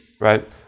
right